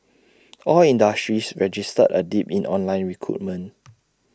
all industries registered A dip in online recruitment